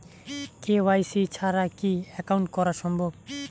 KYC ছাড়া কি account করা সম্ভব?